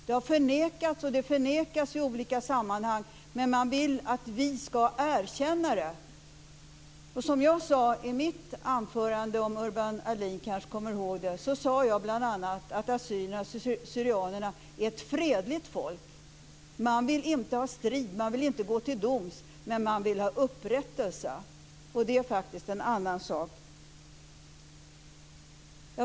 Det har förnekats och förnekas i olika sammanhang, men man vill att vi ska erkänna det. Urban Ahlin kanske kommer ihåg att jag i mitt anförande bl.a. sade att assyrierna/syrianerna är ett fredligt folk. Man vill inte ha strid, och man vill inte gå till doms, men man vill ha upprättelse. Det är faktiskt en annan sak.